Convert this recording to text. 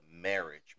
marriage